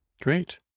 Great